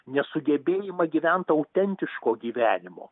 nesugebėjimą gyvent autentiško gyvenimo